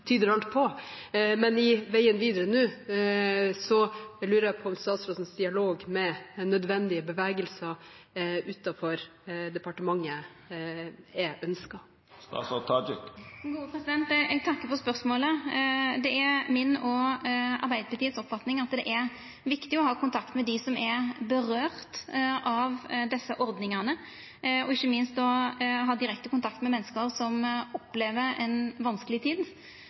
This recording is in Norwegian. men på veien videre nå lurer jeg på om statsrådens dialog med nødvendige bevegelser utenfor departementet er ønsket. Eg takkar for spørsmålet. Det er oppfatninga til meg og Arbeidarpartiet at det er viktig å ha kontakt med dei som er råka av desse ordningane og ikkje minst ha direkte kontakt med menneske som opplever ei vanskeleg tid.